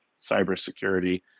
cybersecurity